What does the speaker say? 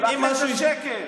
לכן זה שקר.